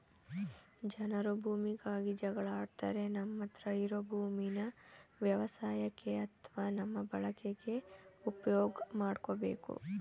ಜನರು ಭೂಮಿಗಾಗಿ ಜಗಳ ಆಡ್ತಾರೆ ನಮ್ಮತ್ರ ಇರೋ ಭೂಮೀನ ವ್ಯವಸಾಯಕ್ಕೆ ಅತ್ವ ನಮ್ಮ ಬಳಕೆಗೆ ಉಪ್ಯೋಗ್ ಮಾಡ್ಕೋಬೇಕು